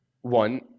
one